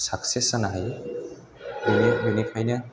success जानो हायो बेनिखायनो